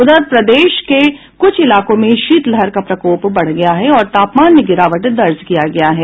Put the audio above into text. उधर प्रदेश के कुछ इलाकों में शीतलहर का प्रकोप बढ़ गया है और तापमान में गिरावट दर्ज किया गया है